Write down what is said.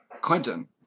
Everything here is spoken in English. Quentin